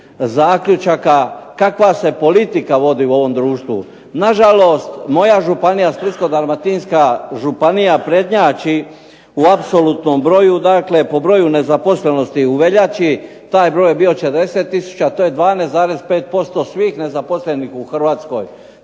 zaključaka kakva se politika vodi u ovom društvu. Nažalost, moja županija Splitsko-dalmatinska županija prednjači u apsolutnom broju, dakle po broju nezaposlenosti u veljači, taj broj je bio 60 tisuća, to je 12,5% svih nezaposlenih u Hrvatskoj.